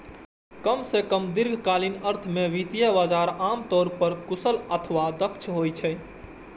कम सं कम दीर्घकालीन अर्थ मे वित्तीय बाजार आम तौर पर कुशल अथवा दक्ष होइ छै